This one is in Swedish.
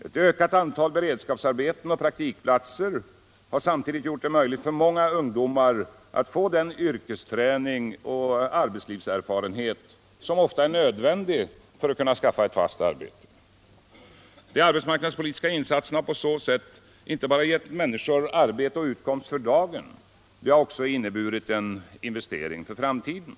Ett ökat antal beredskapsarbeten och praktikplatser har samtidigt gjort det möjligt för många ungdomar att få den yrkesträning och arbetslivserfarenhet som ofta är nödvändig för att kunna skaffa sig ett fast arbete. De arbetsmarknadspolitiska insatserna har på så sätt inte bara gett människor arbete och utkomst för dagen utan också inneburit en investering för framtiden.